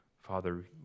Father